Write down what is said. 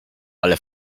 ale